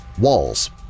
Walls